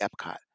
epcot